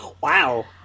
Wow